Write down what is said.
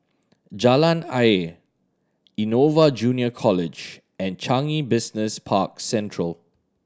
Jalan Ayer Innova Junior College and Changi Business Park Central